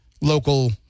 local –